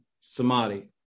samadhi